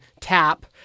tap